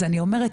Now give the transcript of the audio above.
אז אני אומרת,